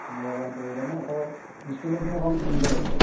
পোন্ধৰ হাজাৰমান পৰিবগৈ নহ্ আকৌ ইনষ্ট্ৰুমেণ্টখিনি অকণমান কিনিব লাগিব